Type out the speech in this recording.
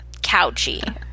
Couchy